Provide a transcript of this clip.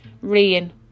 Rain